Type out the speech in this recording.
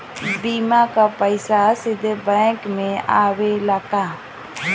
बीमा क पैसा सीधे बैंक में आवेला का?